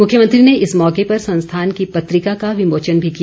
मुख्यमंत्री ने इस मौके पर संस्थान की पत्रिका का विमोचन भी किया